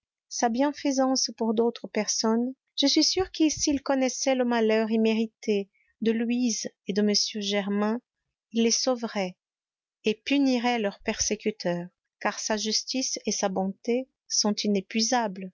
sa bienfaisance pour d'autres personnes je suis sûre que s'il connaissait le malheur immérité de louise et de m germain il les sauverait et punirait leur persécuteur car sa justice et sa bonté sont